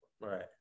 Right